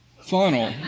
funnel